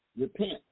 repent